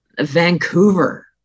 vancouver